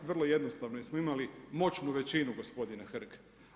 Vrlo jednostavno, jer smo imali moćnu većinu, gospodine Hrg.